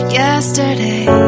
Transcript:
yesterday